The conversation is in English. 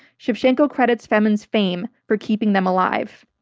shevchenko credits femen's fame for keeping them alive.